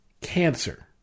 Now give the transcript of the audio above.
cancer